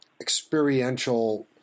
experiential